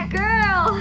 girl